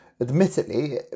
admittedly